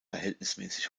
verhältnismäßig